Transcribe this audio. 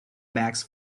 bags